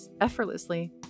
effortlessly